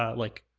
ah like,